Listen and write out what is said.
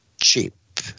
cheap